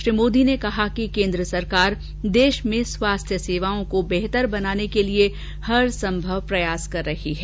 श्री मोदी ने कहा कि केन्द्र सरकार देश में स्वास्थ्य सेवाओं को बेहतर बनाने के लिए हरसंभव प्रयास कर रही है